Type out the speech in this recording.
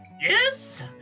Yes